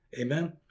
Amen